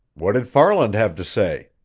what did farland have to say?